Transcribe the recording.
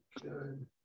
good